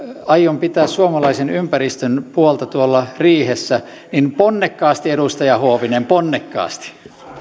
aion pitää suomalaisen ympäristön puolta tuolla riihessä ponnekkaasti edustaja huovinen ponnekkaasti